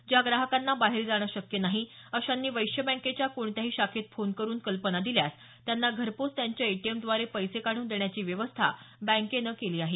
ज्या ग्राहकांना बाहेर जाणं शक्य नाही अशांनी वैश्य बँकेच्या कोणत्याही शाखेत फोन करून कल्पना दिल्यास त्यांना घरपोच त्यांच्या एटीएमद्वारे पैसे काढून देण्याची व्यवस्था बँकेनं केली आहे